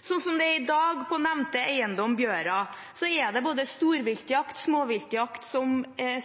Som det er i dag på nevnte eiendom, Bjøra, er det både storviltjakt og småviltjakt, som